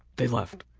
they left.